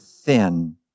thin